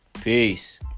Peace